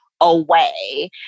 away